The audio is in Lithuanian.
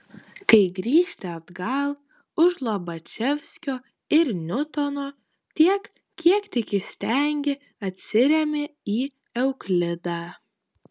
kai grįžti atgal už lobačevskio ir niutono tiek kiek tik įstengi atsiremi į euklidą